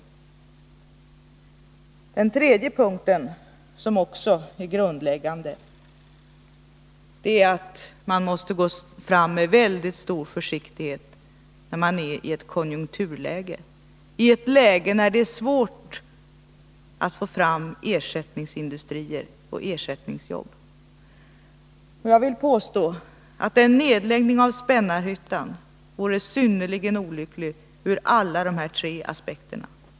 För det tredje, vilket också är grundläggande, måste vi gå fram med mycket stor försiktighet när vi är inne i ett konjunkturläge då det är svårt att få fram ersättningsindustrier och ersättningsjobb. Jag vill påstå att en nedläggning av Spännarhyttan vore synnerligen olycklig ur alla dessa tre aspekter.